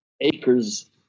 acres